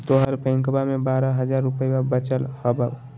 तोहर बैंकवा मे बारह हज़ार रूपयवा वचल हवब